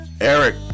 Eric